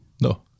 No